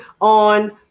on